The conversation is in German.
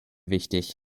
wichtig